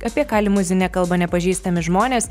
apie ką limuzine kalba nepažįstami žmonės